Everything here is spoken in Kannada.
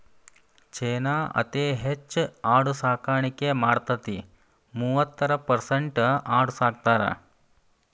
ಚೇನಾ ಅತೇ ಹೆಚ್ ಆಡು ಸಾಕಾಣಿಕೆ ಮಾಡತತಿ, ಮೂವತ್ತೈರ ಪರಸೆಂಟ್ ಆಡು ಸಾಕತಾರ